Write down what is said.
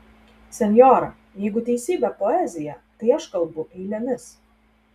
senjora jeigu teisybė poezija tai aš kalbu eilėmis